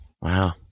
Wow